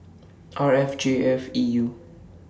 R F J five E U